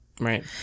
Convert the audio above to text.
Right